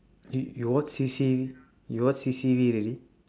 eh you watch C_C you watch C_C_E already